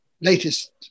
latest